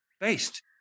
based